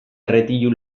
erretilu